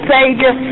Savior